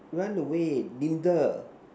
run away Linda